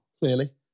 Clearly